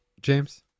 James